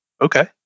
okay